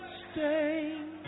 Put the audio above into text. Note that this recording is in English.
stain